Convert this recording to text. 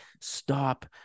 stop